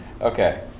Okay